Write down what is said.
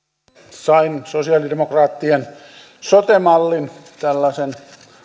sain sosialidemokraattien sote mallin tällaisen